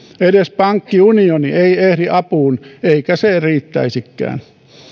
edes pankkiunioni ei ehdi apuun eikä se riittäisikään